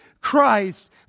Christ